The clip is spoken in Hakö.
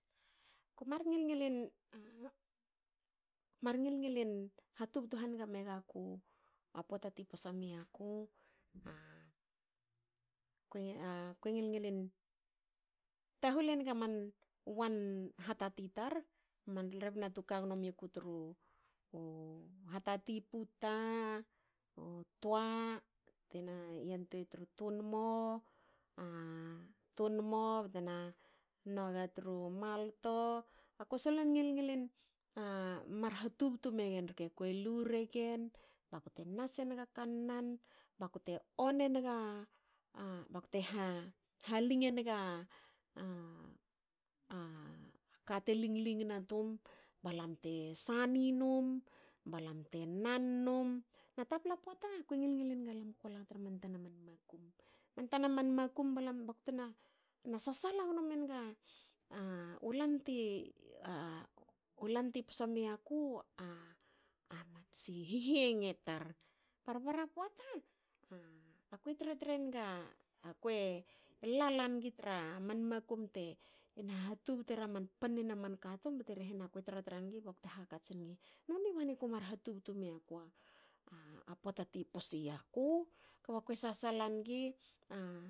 Ko mar ngil ngilin kue mar ngil ngilin hatubtu hanige megaku a pota ti posa miaku. akue akue ngilin tahul enga man wan hatati tar. man rebna tu kagno miku tru hatati puta. u toa tena yantuei tru tunmo tunmo. btena noga tru malto. Ako solon ngil ngilin mar hatubtu megen rke. Kue lu regen bakute nas enga kannan. bakute on enga. bakte na haling enga kate ling ling na tum. balam te sani num balam te nan num. Na tapla poata ko ngil ngil enga lamko la tra man tana man makum balam bakute sasala gno menga u lant ti psa miaku a matsi hihienge tar. Parpara poata. ako tra trengi akue halla ngi tra man makum bte na ha tubtu era man pannen a man katum bte reh na kue tra trengi bte hakats ngi,"noni bani ko mar hatubtu miaku a poata ti posioku kba ko sasala ngi